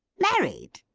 married!